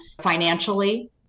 financially